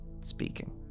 speaking